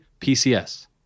PCS